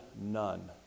none